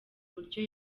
uburyo